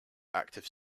active